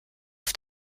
auf